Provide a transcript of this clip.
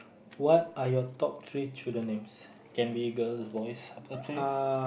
what are your top three children names can be a girl or boys up to you